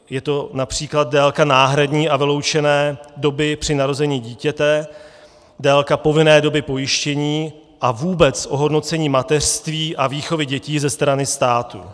Je to např. délka náhradní a vyloučené doby při narození dítěte, délka povinné doby pojištění a vůbec ohodnocení mateřství a výchovy dětí ze strany státu.